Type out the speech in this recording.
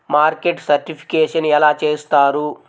Market certification ఎలా చేస్తారు?